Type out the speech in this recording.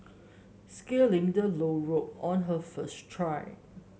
scaling the low rope on her first try